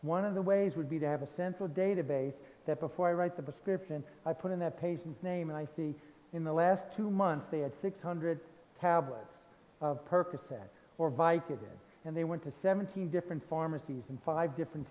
one of the ways would be to have a central database that before i write the prescription i put in the patient's name and i see in the last two months they had six hundred tablets of percocet or viking and they went to seventeen different pharmacies in five different